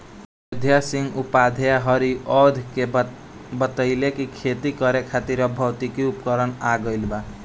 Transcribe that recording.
अयोध्या सिंह उपाध्याय हरिऔध के बतइले कि खेती करे खातिर अब भौतिक उपकरण आ गइल बा